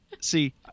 see